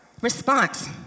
response